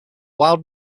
wild